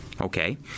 okay